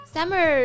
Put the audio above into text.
Summer